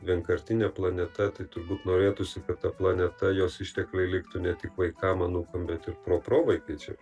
vienkartinė planeta tai turbūt norėtųsi kad ta planeta jos ištekliai liktų ne tik vaikam anūkam bet ir proprovaikaičiam